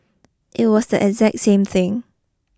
it was the exact same thing